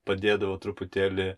padėdavo truputėlį